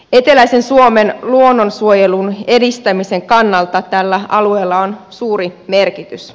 eteläisen suomen luonnonsuojelun edistämisen kannalta tällä alueella on suuri merkitys